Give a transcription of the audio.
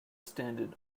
standard